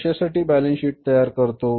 कशासाठी balance sheet तयार करतो